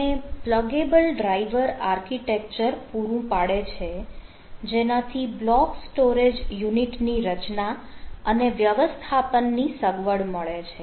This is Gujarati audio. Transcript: અને પ્લગેબલ ડ્રાઇવર આર્કિટેક્ચર પૂરું પાડે છે જેનાથી બ્લોક સ્ટોરેજ યુનિટ ની રચના અને વ્યવસ્થાપન ની સગવડ મળે છે